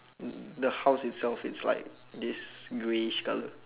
um the house itself it's like this grayish colour